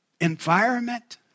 environment